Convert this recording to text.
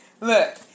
Look